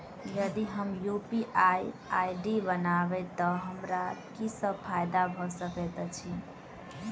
यदि हम UPI ID बनाबै तऽ हमरा की सब फायदा भऽ सकैत अछि?